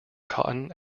cotton